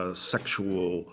ah sexual